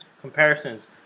comparisons